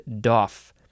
doff